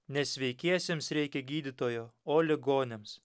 ne sveikiesiems reikia gydytojo o ligoniams